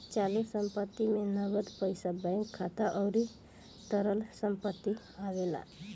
चालू संपत्ति में नगद पईसा बैंक खाता अउरी तरल संपत्ति आवेला